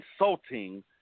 insulting